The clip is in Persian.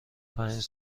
پنج